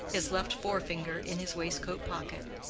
his left fore-finger in his waistcoat-pocket,